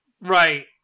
right